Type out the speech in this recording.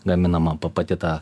gaminama pa pati ta